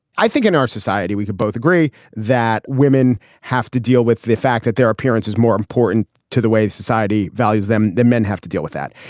i think in our society we could both agree that women have to deal with the fact that their appearance is more important to the way society values them. the men have to deal with that.